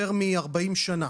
יותר מ-40 שנה